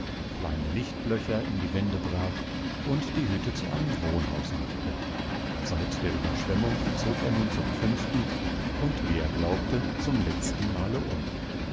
kleine lichtlöcher in die wände brach und die hütte zu einem wohnhaus machte seit der überschwemmung zog er nun zum fünften und wie er glaubte zum letzten male um